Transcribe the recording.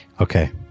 Okay